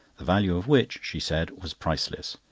the value of which, she said, was priceless,